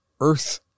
earth